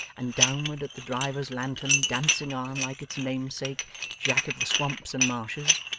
and downward at the driver's lantern dancing on like its namesake jack of the swamps and marshes,